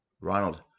Ronald